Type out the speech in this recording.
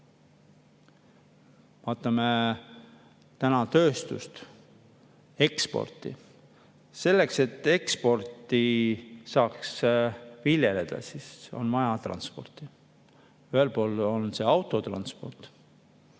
Vaatame täna tööstust, eksporti. Selleks, et eksporti saaks viljeleda, on vaja transporti. Ühelt poolt on see autotransport,